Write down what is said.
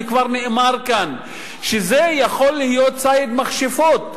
וכבר נאמר כאן שזה יכול להיות ציד מכשפות,